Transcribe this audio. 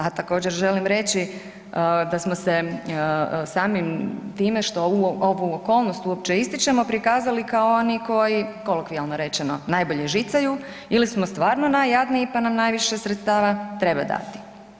A također želim reći da smo se samim time što ovu okolnost uopće ističemo prikazali kao oni koji, kolokvijalno rečeno, najbolje žicaju ili smo stvarno najjadniji, pa nam najviše sredstava treba dati.